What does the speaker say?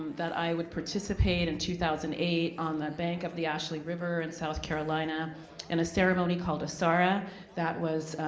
um that i would participate in two thousand and eight on the bank of the ashley river in south carolina in a ceremony called a sara that was